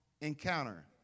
encounter